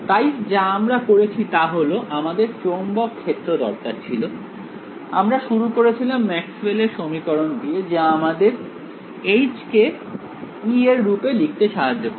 তাই যা আমরা করেছি তা হল আমাদের চৌম্বক ক্ষেত্র দরকার ছিল আমরা শুরু করেছিলাম ম্যাক্সওয়েলের সমীকরণ দিয়ে যা আমাদের কে এর রূপে লিখতে সাহায্য করেছিল